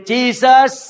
Jesus